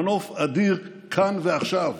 מנוף אדיר כאן ועכשיו.